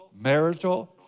marital